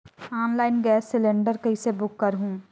Online gas cylinder कइसे book करहु?